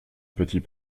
petit